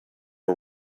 are